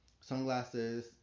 Sunglasses